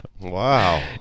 Wow